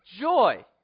joy